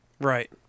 Right